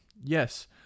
yes